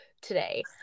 today